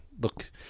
look